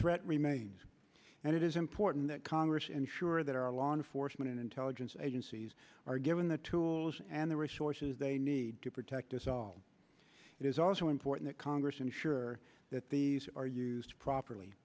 threat remains and it is important that congress ensure that our law enforcement and intelligence agencies are given the tools and the resources they need to protect us all it is also important congress ensure that these are used properly